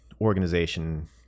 organization